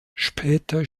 später